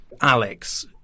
Alex